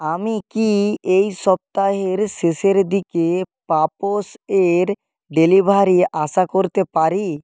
আমি কি এই সপ্তাহের শেষের দিকে পাপোশ এর ডেলিভারি আশা করতে পারি